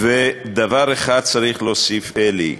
ודבר אחד צריך להוסיף, אלי,